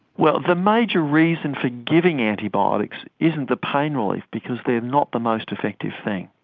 well, the major reason for giving antibiotics isn't the pain relief, because they are not the most effective thing.